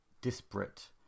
disparate